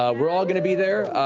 we're all going to be there.